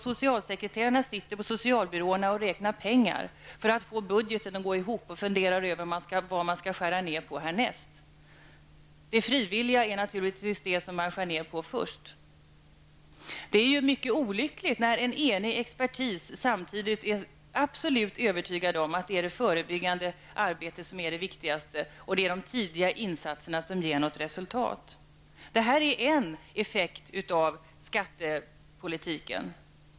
Socialsekreterarna sitter på sina socialbyråer och räknar pengar för att få budgeten att gå ihop och funderar över vad man skall skära ner på härnäst. De frivilliga verksamheterna är naturligtvis det som man skär ner på först. Detta är mycket olyckligt, när en enig expertis samtidigt är övertygad om att det förebyggande arbetet är det absolut viktigaste och att det är de tidiga insatserna som ger något resultat. Det här är en effekt av skattepolitiken.